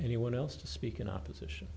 anyone else to speak in opposition